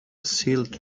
sealed